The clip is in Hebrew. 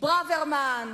ברוורמן,